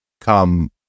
come